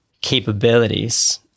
capabilities